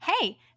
Hey